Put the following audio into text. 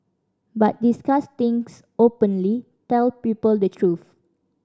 but discuss things openly tell people the truth